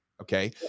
Okay